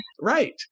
Right